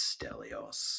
Stelios